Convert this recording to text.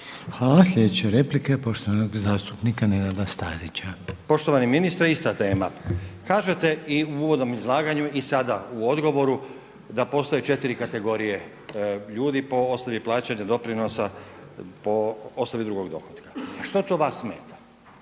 Hvala. Slijedeća replika je poštovanog zastupnika Nenada Stazića. **Stazić, Nenad (SDP)** Poštovani ministre ista tema. Kažete i u uvodnom izlaganju i sada u odgovoru da postoje 4 kategorije ljudi po osnovi plaćanja doprinosa po osnovi drugog dohotka. A što to vas smeta?